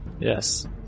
Yes